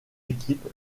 équipe